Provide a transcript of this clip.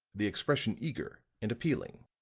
the expression eager and appealing.